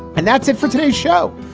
and that's it for today's show.